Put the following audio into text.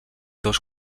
dos